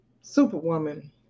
superwoman